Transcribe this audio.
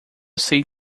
sei